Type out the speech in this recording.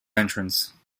entrance